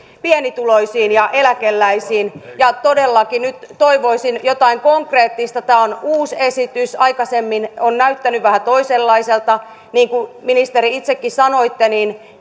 pienituloisiin ja eläkeläisiin todellakin nyt toivoisin jotain konkreettista tämä on uusi esitys aikaisemmin on näyttänyt vähän toisenlaiselta niin kuin ministeri itsekin sanoitte